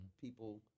people